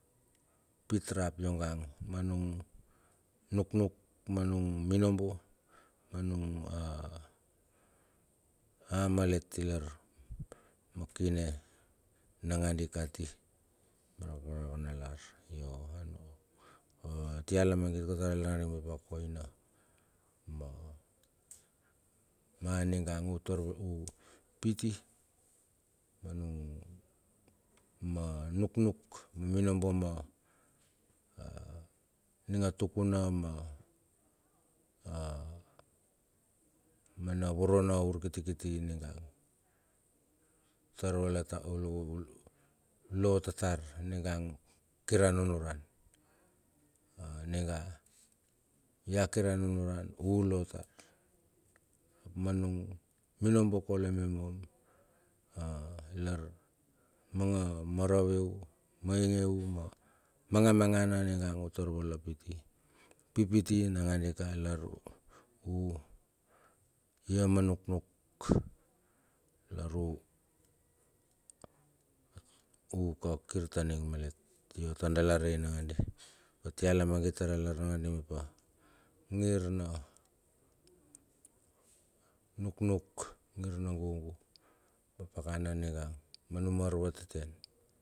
Apit rap yongang manung nuknuk, manung manung minobo manung a amalet ilar ma kine. Nagandi kati ma rakaraka nalar yo atia lamagit ka tar a lar mep akoina ma a niga utar u piti ma nung ma nuknuk ma minobo ma ning a tukuna me a me na voro na urkiti ninga, tar vala ta lo tater nigang kir a nunuran ninga ya kir a nunuran ulo tar ma nung minobo kaule me mom a lar manga marave u mai nga u ma magamagana ningang u tar vala pitti pipiti nagandika lar u ia ma nuknuk. Ilar u uka kir ta ning malet yo tar dala rei nangkadi atia lamangit. air a lar nangandi map a ngir na nuknuk a ngir na gugu. ma pakana ningang ma num arvateten.